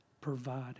provide